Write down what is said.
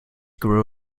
grew